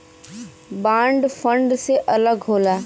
bond fund से अलग होला